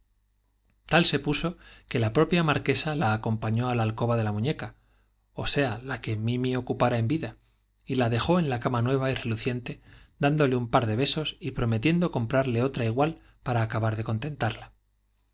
tal se puso que la propia marquesa la acompañó á la alcoba de la muñeca ó sea la que mimi ocupara y la en la cama nueva reluciente dán en vida dejó y dole un par de besos y prometiendo comprarle otra igual para acabar de contentarla